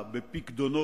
בית-הסוהר בלבד,